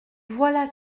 voilà